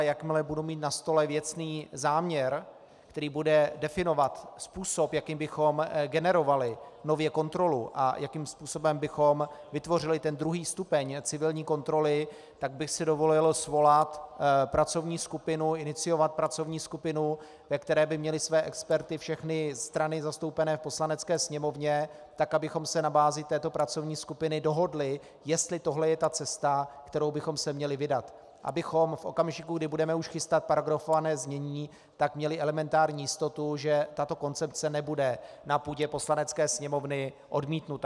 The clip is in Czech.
Jakmile budu mít na stole věcný záměr, který bude definovat způsob, jakým bychom generovali nově kontrolu a jakým způsobem bychom vytvořili druhý stupeň civilní kontroly, tak bych si dovolil svolat pracovní skupinu, iniciovat pracovní skupinu, ve které by měly své experty všechny strany zastoupené v Poslanecké sněmovně, tak abychom se na bázi této pracovní skupiny dohodli, jestli tohle je ta cesta, kterou bychom se měli vydat, abychom v okamžiku, kdy budeme už chystat paragrafované znění, měli elementární jistotu, že tato koncepce nebude na půdě Poslanecké sněmovny odmítnuta.